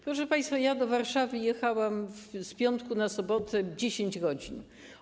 Proszę państwa, ja do Warszawy jechałam z piątku na sobotę 10 godzin.